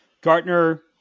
Gartner